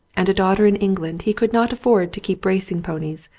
and a daughter in england he could not afford to keep racing ponies,